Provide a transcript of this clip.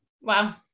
wow